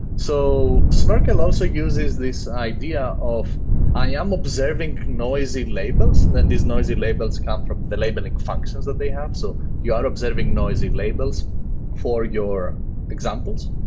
so snorkel also uses this idea of i am observing noisy labels, and these noisy labels come from the labeling functions that they have. so you are observing noisy labels for your examples,